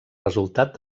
resultat